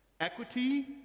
equity